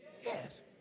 yes